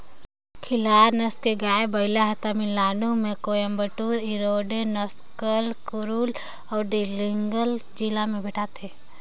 खिल्लार नसल के गाय, बइला हर तमिलनाडु में कोयम्बटूर, इरोडे, नमक्कल, करूल अउ डिंडिगल जिला में भेंटाथे